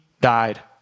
died